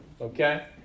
okay